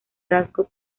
rasgo